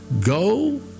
go